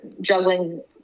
juggling